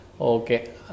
Okay